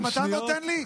אה, גם אתה נותן לי?